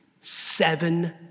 seven